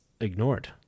ignored